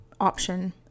option